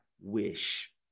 wish